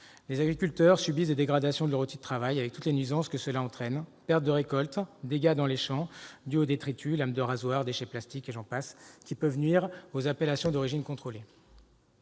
Les agriculteurs subissent des dégradations de leur outil de travail avec toutes les nuisances que cela entraîne : pertes de récoltes, dégâts dans les champs dus aux détritus- lames de rasoir, déchets plastiques, etc. -qui peuvent nuire aux appellations d'origine contrôlée